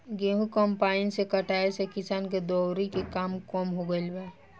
गेंहू कम्पाईन से कटाए से किसान के दौवरी के काम कम हो गईल बा